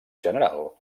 general